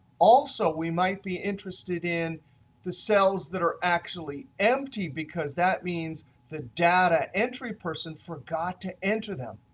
also, we might be interested in the cells that are actually empty because that means the data entry person forgot to enter them.